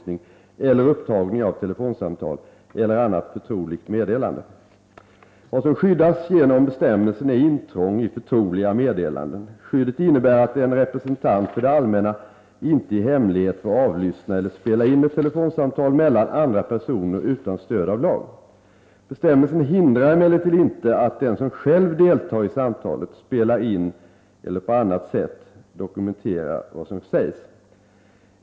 Vad som skyddas genom bestämmelsen är intrång i förtroliga meddelanden. Skyddet innebär att en representant för det allmänna inte i hemlighet får avlyssna eller spela in ett telefonsamtal mellan andra personer utan stöd av lag. Bestämmelsen hindrar emellertid inte att den som själv deltar i samtalet spelar in eller på annat sätt dokumenterar vad som sägs.